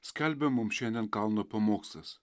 skelbia mums šiandien kalno pamokslas